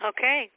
Okay